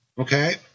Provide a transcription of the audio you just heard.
Okay